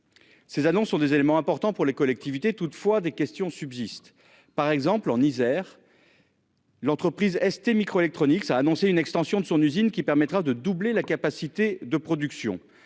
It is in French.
Ces annonces sont des éléments importants pour les collectivités toutefois des questions subsistent par exemple en Isère. L'entreprise STMicroelectronics ça a annoncé une extension de son usine qui permettra de doubler la capacité de production